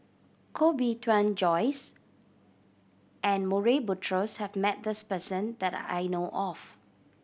Koh Bee Tuan Joyce and Murray Buttrose has met this person that I know of